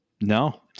no